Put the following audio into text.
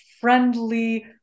friendly